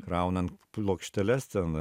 kraunant plokšteles ten